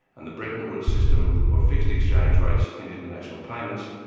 and the breton woods system of fixed exchange rates in international payments,